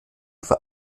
war